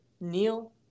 Neil